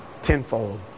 tenfold